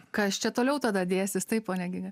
kas čia toliau tada dėsis taip pone giga